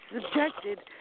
subjected